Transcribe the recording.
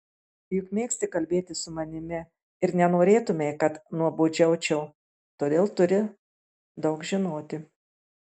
juk mėgsti kalbėti su manimi ir nenorėtumei kad nuobodžiaučiau todėl turi daug žinoti